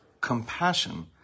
compassion